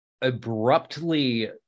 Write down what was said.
abruptly